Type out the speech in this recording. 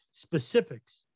Specifics